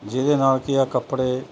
ਜਿਹਦੇ ਨਾਲ ਕੀ ਆ ਕੱਪੜੇ